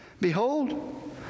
Behold